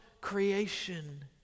creation